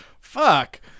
Fuck